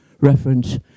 reference